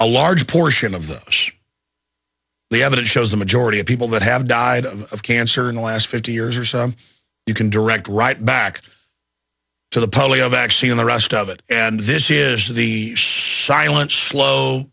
a large portion of the the evidence shows the majority of people that have died of cancer in the last fifty years or so you can direct right back to the polio vaccine in the rest of it and this is the shiela slow